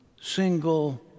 single